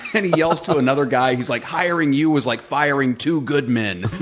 and he yells to another guy, he's like, hiring you was like firing two good men.